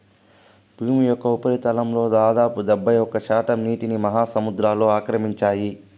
భూమి యొక్క ఉపరితలంలో దాదాపు డెబ్బైఒక్క శాతం నీటిని మహాసముద్రాలు ఆక్రమించాయి